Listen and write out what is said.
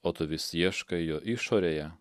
o tu vis ieškai jo išorėje